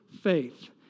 faith